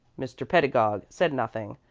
mr. pedagog said nothing,